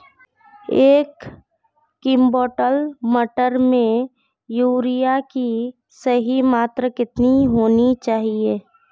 एक क्विंटल मटर में यूरिया की सही मात्रा कितनी होनी चाहिए?